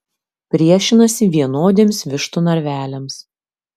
priešinasi vienodiems vištų narveliams